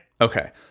Okay